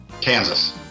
Kansas